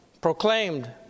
proclaimed